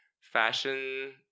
Fashion